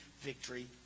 victory